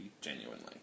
genuinely